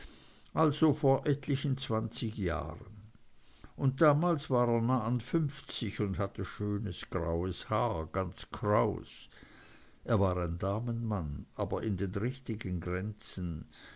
also vor etlichen zwanzig jahren und damals war er nah an fünfzig und hatte schönes graues haar ganz kraus er war ein damenmann aber in den richtigen grenzen